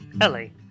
Ellie